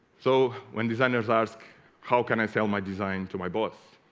so when designers ask how can i sell my design to my boss